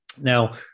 Now